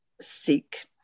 seek